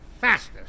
fastest